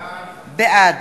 בעד